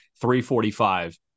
345